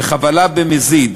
וחבלה במזיד